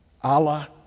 Allah